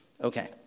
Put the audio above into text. Okay